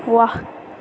वाह